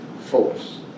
force